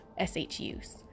SHUs